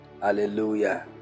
hallelujah